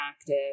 active